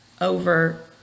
over